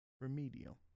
Remedial